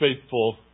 faithful